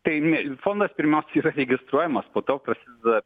tai ne fondas pirmiausiai yra registruojamas poto prasideda